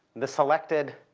the selected